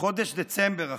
חודש דצמבר עכשיו,